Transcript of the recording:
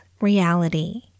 reality